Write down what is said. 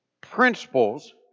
principles